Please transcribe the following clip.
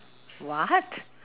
what